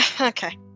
Okay